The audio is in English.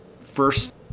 first